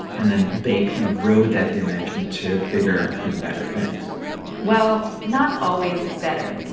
and then they kind of rode that image into bigger and better things well, not always better.